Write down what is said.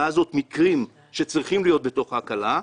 הזו מקרים שצריכים להיות כלולים בהקלה,